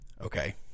okay